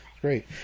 Great